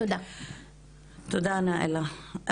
תודה נאילה.